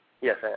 Yes